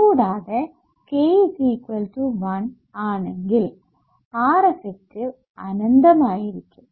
കൂടാതെ k1ആണെങ്കിൽ Reffective അനന്തമായിരിക്കും